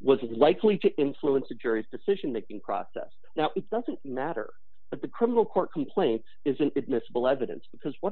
was likely to influence the jury's decision making process now it doesn't matter that the criminal court complaint is admissible evidence because what